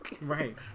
Right